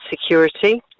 security